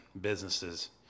businesses